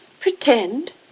Pretend